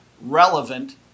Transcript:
relevant